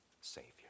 savior